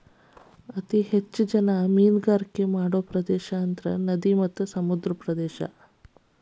ಅತೇ ಹೆಚ್ಚ ಜನಾ ಮೇನುಗಾರಿಕೆ ಮಾಡು ಪ್ರದೇಶಾ ಅಂದ್ರ ನದಿ ಮತ್ತ ಸಮುದ್ರದ ತೇರಾ